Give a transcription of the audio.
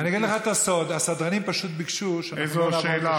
אני אגלה לך את הסוד: הסדרנים פשוט ביקשו שלא נעבור את השעה